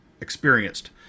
experienced